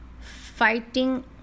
fighting